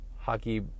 hockey